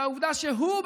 על העובדה שהוא,